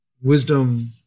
wisdom